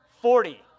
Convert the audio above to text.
Forty